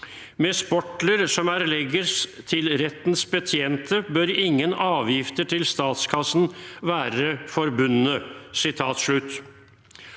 «Med Sportler, som erlægges til Rettens Betjente, bør ingen Afgifter til Statskassen være forbundne.»